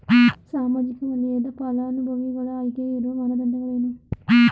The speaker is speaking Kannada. ಸಾಮಾಜಿಕ ವಲಯದ ಫಲಾನುಭವಿಗಳ ಆಯ್ಕೆಗೆ ಇರುವ ಮಾನದಂಡಗಳೇನು?